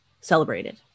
celebrated